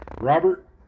Robert